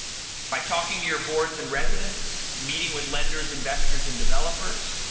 by talking to your boards and residents, meeting with lenders, investors and developers,